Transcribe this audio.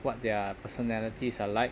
what their personalities are like